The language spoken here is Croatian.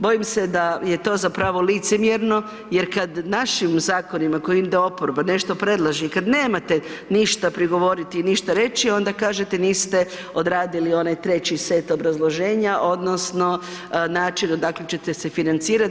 Bojim se da je to zapravo licemjerno jer kada našim zakonima kojim ide oporba nešto predlaže i kada nemate ništa prigovoriti i ništa reći onda kažete niste odradili onaj treći set obrazloženja odnosno način odakle ćete se financirat.